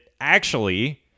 actually-